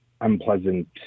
unpleasant